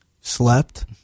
slept